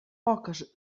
poques